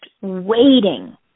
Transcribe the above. waiting